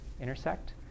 intersect